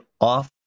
off